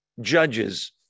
judges